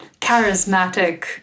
charismatic